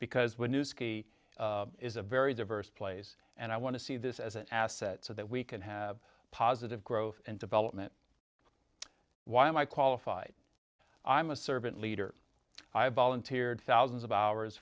because we're new ski is a very diverse place and i want to see this as an asset so that we can have positive growth and development why am i qualified i'm a servant leader i've volunteered thousands of hours